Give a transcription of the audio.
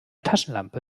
taschenlampe